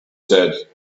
said